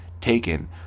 taken